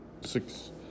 six